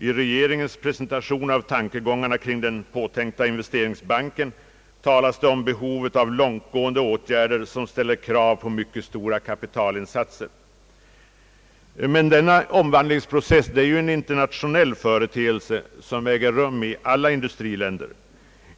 I regeringens presentation av tankegångarna kring den påtänkta investeringsbanken talas det om behovet av långtgående åtgärder som ställer krav på mycket stora kapitalinsatser. Men denna omvandlingsprocess är ju en internationell företeelse, som äger rum i alla industriländer.